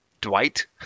Dwight